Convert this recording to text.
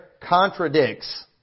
contradicts